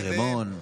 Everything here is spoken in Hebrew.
מצפה רמון.